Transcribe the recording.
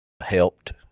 helped